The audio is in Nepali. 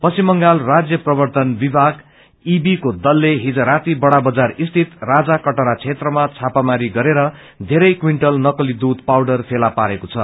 पश्चिम बंगाल राज्य प्रवर्तन विमाग ईवी को दलले हिज राती बड़ा बजार स्थित राजा कटरा क्षेत्रमा छापामारी गरेर धेरै क्विण्टल नकली दूय पाउडर फेला पारेको छ